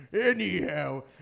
Anyhow